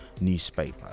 newspaper